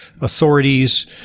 authorities